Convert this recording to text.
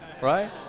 right